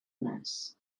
nas